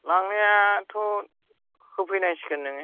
लांनायाथ' होफैनांसिगोन नोङो